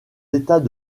états